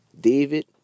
David